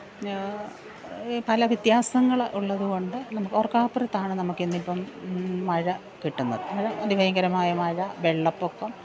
ഞാൻ പല വ്യത്യാസങ്ങൾ ഉള്ളതുകൊണ്ട് നമുക്ക് ഓര്ക്കാപ്പുറത്താണ് നമുക്കിന്നിപ്പം മഴ കിട്ടുന്നത് അന്നേരം അതിഭയങ്കരമായ മഴ വെള്ളപ്പൊക്കം